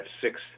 six